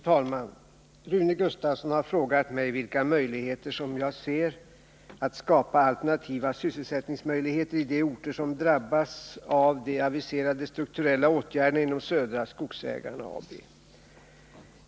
Fru talman! Rune Gustavsson har frågat mig vilka möjligheter som jag ser att skapa alternativa sysselsättningsmöjligheter i de orter som drabbas av de aviserade strukturella åtgärderna inom Södra Skogsägarna AB.